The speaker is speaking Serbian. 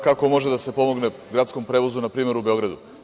Kako može da se pomogne gradskom prevozu, na primer, u Beogradu?